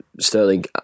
Sterling